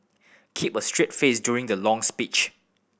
keep a straight face during the long speech